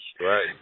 Right